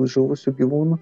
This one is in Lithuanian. žuvusių gyvūnų